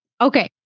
Okay